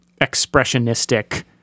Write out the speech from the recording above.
expressionistic